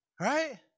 Right